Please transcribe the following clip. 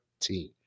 team